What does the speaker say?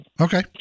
Okay